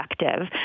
effective